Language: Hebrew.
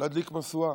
להדליק משואה?